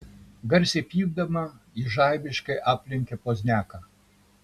garsiai pypdama ji žaibiškai aplenkė pozniaką